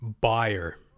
buyer